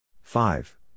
Five